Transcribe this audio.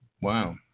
Wow